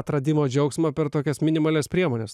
atradimo džiaugsmą per tokias minimalias priemones